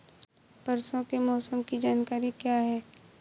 परसों के मौसम की जानकारी क्या है?